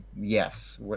yes